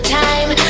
time